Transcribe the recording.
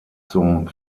zum